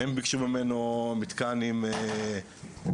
הם ביקשו ממנו מתקן עם בועות,